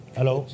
Hello